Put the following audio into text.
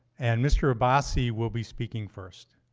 and mr. abassi will be speaking first.